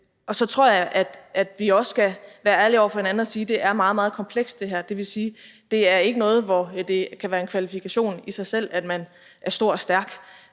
Og så tror jeg, at vi også skal være ærlige over for hinanden og sige, at det her er meget, meget komplekst. Det vil sige, at det ikke er noget, hvor det kan være en kvalifikation i sig selv, at man er stor og stærk;